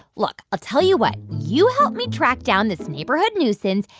look i'll tell you what you help me track down this neighborhood nuisance,